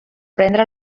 prendre